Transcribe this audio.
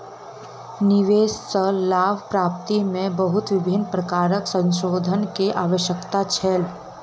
निवेश सॅ लाभ प्राप्ति में बहुत विभिन्न प्रकारक संशोधन के आवश्यकता छल